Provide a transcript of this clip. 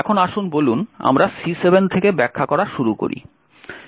এখন আসুন বলুন আমরা C7 থেকে ব্যাখ্যা করা শুরু করি